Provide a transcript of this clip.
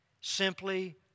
simply